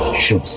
shall